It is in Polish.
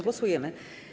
Głosujemy.